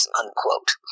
unquote